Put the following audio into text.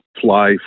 fly